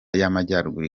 y’amajyaruguru